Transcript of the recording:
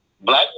Black